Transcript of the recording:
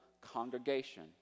congregation